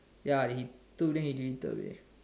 ya he took then he deleted away